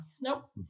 Nope